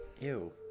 ew